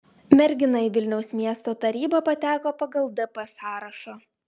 mergina į vilniaus miesto tarybą pateko pagal dp sąrašą